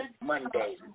Monday